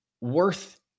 worth